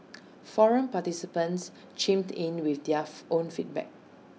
forum participants chimed in with their own feedback